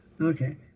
Okay